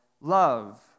love